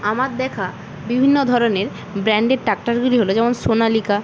আমার দেখা বিভিন্ন ধরনের ব্র্যান্ডেড ট্র্যাক্টরগুলি হল যেমন সোনালিকা